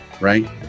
right